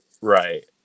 Right